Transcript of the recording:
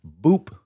Boop